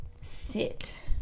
sit